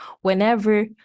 whenever